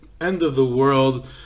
end-of-the-world